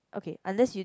okay unless you